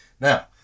Now